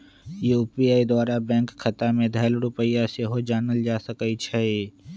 UPI द्वारा bank खता में धएल रुपइया सेहो जानल जा सकइ छै